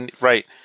Right